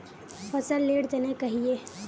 फसल लेर तने कहिए?